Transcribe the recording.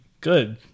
good